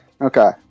Okay